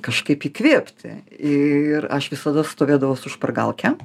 kažkaip įkvėpti ir aš visada stovėdavau su špargalke